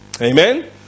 Amen